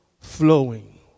flowing